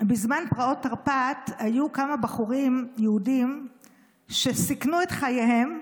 בזמן פרעות תרפ"ט היו כמה בחורים יהודים שסיכנו את חייהם,